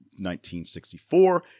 1964